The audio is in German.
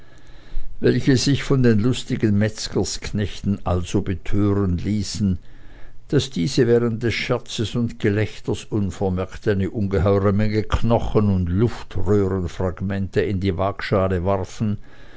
welche sich von den lustigen metzgerknechten also betören ließen daß diese während des scherzes und gelächters unvermerkt eine ungeheure menge knochen und luftröhrenfragmente in die waagschale warfen